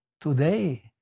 Today